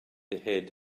ahead